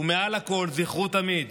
ומעל הכול זכרו תמיד